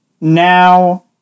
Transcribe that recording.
now